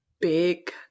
big